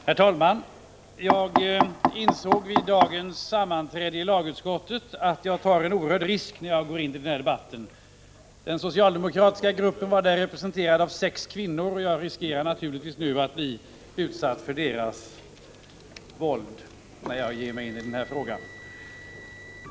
Herr talman! Jag insåg vid dagens sammanträde i lagutskottet att jag tar en oerhörd risk när jag går in i den här debatten. Den socialdemokratiska gruppen var där representerad av sex kvinnor, och jag riskerar naturligtvis nu att råka i deras våld när jag ger mig in i den här frågan.